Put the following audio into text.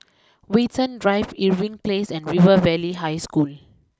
Watten Drive Irving place and River Valley High School